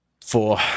Four